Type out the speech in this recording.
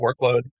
workload